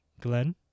Glenn